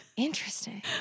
Interesting